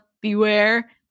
Beware